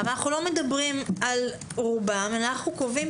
אנחנו לא מדברים על רובם אלא אנחנו קובעים